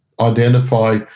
identify